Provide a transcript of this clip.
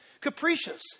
Capricious